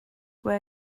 were